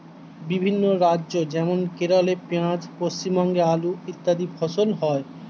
বিভিন্ন রাজ্য যেমন কেরলে পেঁয়াজ, পশ্চিমবঙ্গে আলু ইত্যাদি ফসল হয়